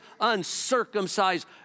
uncircumcised